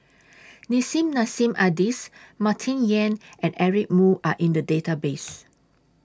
Nissim Nassim Adis Martin Yan and Eric Moo Are in The Database